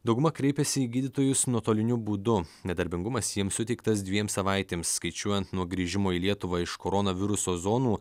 dauguma kreipėsi į gydytojus nuotoliniu būdu nedarbingumas jiems suteiktas dviem savaitėms skaičiuojant nuo grįžimo į lietuvą iš koronaviruso zonų